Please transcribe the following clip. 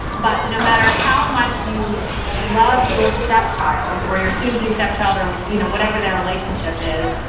but no matter how much you love your step child or your soon to be step child or, you know, whatever their relationship is,